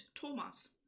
Thomas